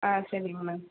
ஆ சரிங்க மேம்